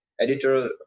editor